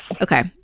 Okay